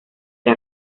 era